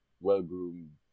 well-groomed